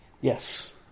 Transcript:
Yes